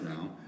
now